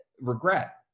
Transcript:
regret